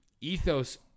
ethos